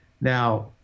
Now